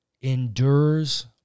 endures